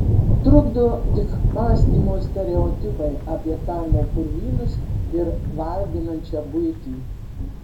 trukdo tik mąstymo stereotipai apie kaimo purvynus ir varginančią buitį